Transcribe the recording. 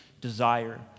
desire